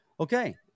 Okay